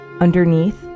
underneath